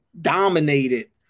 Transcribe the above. dominated